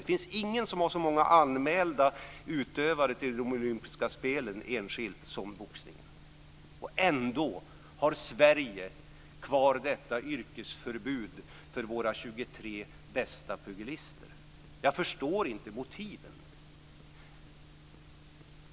Det finns ingen gren som har så många anmälda utövare till de olympiska spelen - enskilt - som just boxningen. Ändå har Sverige kvar detta yrkesförbud för våra 23 bästa pugilister. Jag förstår inte motiven.